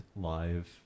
live